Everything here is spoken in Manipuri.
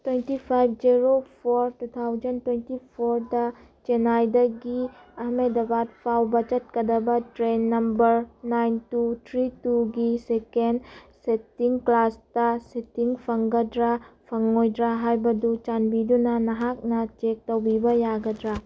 twenty five zero four two thousand twenty ꯐꯣꯔꯗ ꯆꯦꯟꯅꯥꯏꯗꯒꯤ ꯑꯍꯃꯦꯗꯕꯥꯠ ꯐꯥꯎꯕ ꯆꯠꯀꯗꯕ train number nine two three two ꯒꯤ ꯁꯦꯀꯦꯟ ꯁꯤꯠꯇꯤꯡ ꯀ꯭ꯂꯥꯁꯇ ꯁꯤꯠꯇꯤꯡ ꯐꯪꯒꯗ꯭ꯔꯥ ꯐꯪꯉꯣꯏꯗ꯭ꯔꯥ ꯍꯥꯏꯕꯗꯨ ꯆꯥꯟꯕꯤꯗꯨꯅ ꯅꯍꯥꯛꯅ ꯆꯦꯛ ꯇꯧꯕꯤꯕ ꯌꯥꯒꯗ꯭ꯔꯥ